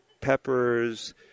peppers